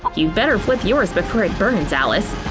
you'd better flip yours before it burns, alice!